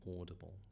audible